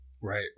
Right